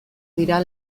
dira